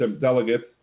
delegates